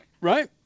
Right